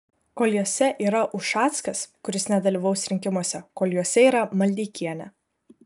kol jose yra ušackas kuris nedalyvaus rinkimuose kol juose yra maldeikienė